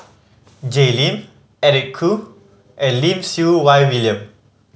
Jay Lim Eric Khoo and Lim Siew Wai William